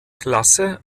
klasse